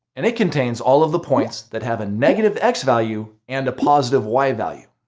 and it contains all of the points that have a negative x value and a positive y value.